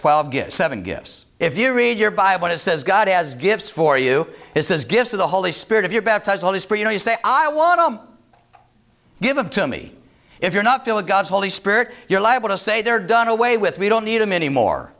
twelve seven gifts if you read your bible it says god has gifts for you is this gift of the holy spirit of your baptize all this but you know you say i want to give it to me if you're not feeling god's holy spirit you're liable to say they're done away with we don't need them anymore